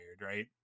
right